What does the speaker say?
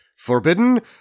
Forbidden